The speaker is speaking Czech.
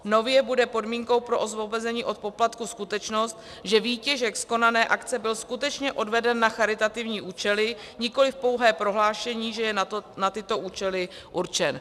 Nově bude podmínkou pro osvobození od poplatku skutečnost, že výtěžek z konané akce byl skutečně odveden na charitativní účely, nikoliv pouhé prohlášení, že je na tyto účely určen.